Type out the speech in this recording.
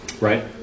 right